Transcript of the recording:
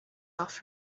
off